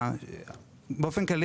בבקשה.